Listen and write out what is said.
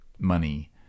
money